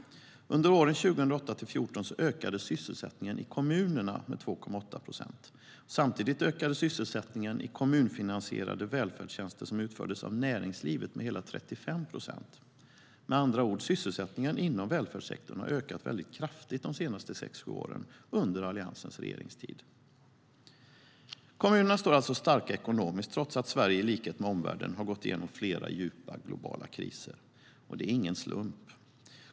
Under åren 2008-2014 ökade sysselsättningen i kommunerna med 2,8 procent. Samtidigt ökade sysselsättningen i kommunfinansierade välfärdstjänster som utfördes av näringslivet med hela 35 procent. Med andra ord: Sysselsättningen inom välfärdssektorn har ökat kraftigt de senaste sex sju åren under Alliansens regeringstid. Kommunerna står alltså starka ekonomiskt, trots att Sverige i likhet med omvärlden har gått igenom flera djupa globala kriser. Detta är ingen slump.